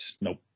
nope